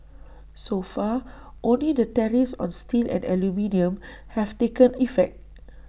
so far only the tariffs on steel and aluminium have taken effect